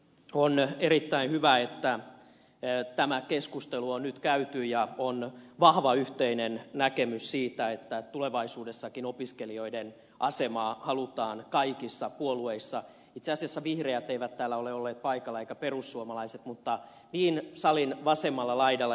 on erittäin hyvä että tämä keskustelu on nyt käyty ja on vahva yhteinen näkemys siitä että tulevaisuudessakin opiskelijoiden asemaa halutaan kaikissa puolueissa itse asiassa vihreät ja perussuomalaiset eivät täällä ole olleet paikalla niin salin vasemmalla laidalla ed